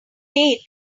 date